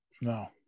No